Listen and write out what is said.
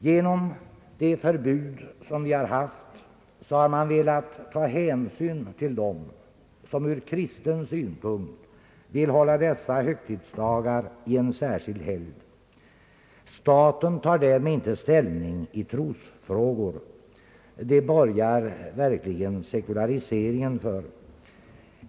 Genom det förbud som vi haft har man velat ta hänsyn till dem som ur kristen synpunkt vill hålla dessa högtidsdagar i helgd. Staten tar därmed inte ställning i trosfrågor. Det borgar verkligen sekulariseringen för.